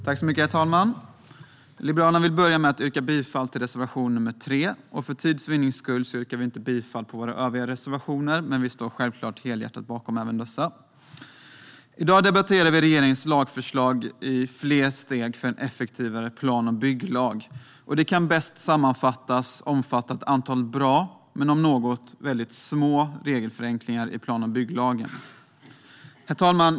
Herr talman! Liberalerna vill börja med att yrka bifall till reservation 3. För tids vinnande yrkar vi inte bifall till våra övriga reservationer, men självfallet står vi helhjärtat bakom även dessa. I dag debatterar vi regeringens lagförslag om fler steg för en effektivare plan och bygglag. Detta kan bäst sammanfattas som att det omfattar ett antal bra men - om något - väldigt små regelförenklingar i plan och bygglagen. Herr talman!